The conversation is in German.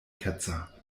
ketzer